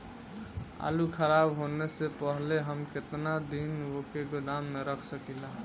आलूखराब होने से पहले हम केतना दिन वोके गोदाम में रख सकिला?